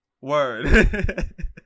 Word